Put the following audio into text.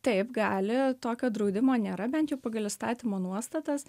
taip gali tokio draudimo nėra bent jau pagal įstatymo nuostatas